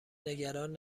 نگران